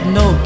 no